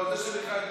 (תיקון מס' 7),